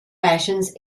fashions